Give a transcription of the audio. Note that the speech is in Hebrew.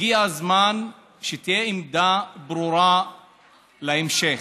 הגיע הזמן שתהיה עמדה ברורה להמשך: